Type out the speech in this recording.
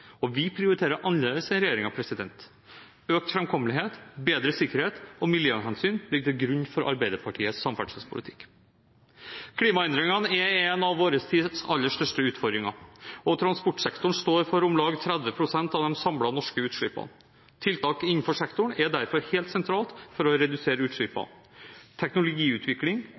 og vi prioriterer annerledes enn regjeringen. Økt framkommelighet, bedre sikkerhet og miljøhensyn ligger til grunn for Arbeiderpartiets samferdselspolitikk. Klimaendringene er en av vår tids aller største utfordringer, og transportsektoren står for om lag 30 pst. av de samlede norske utslippene. Tiltak innenfor sektoren er derfor helt sentralt for å redusere